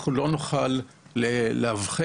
אנחנו לא נוכל לאבחן.